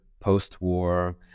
post-war